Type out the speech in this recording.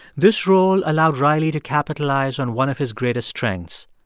this role allowed riley to capitalize on one of his greatest strengths.